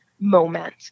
moment